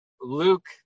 Luke